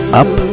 up